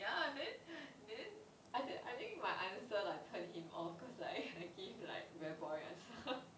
ya then then I think my answer like turned him off cause like I give like very boring answer